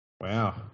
Wow